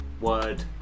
Word